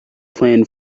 pan